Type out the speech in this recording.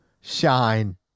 shine